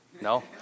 No